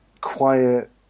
quiet